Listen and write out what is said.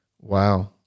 Wow